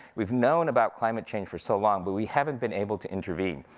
we've known about climate change for so long, but we haven't been able to intervene,